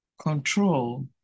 Control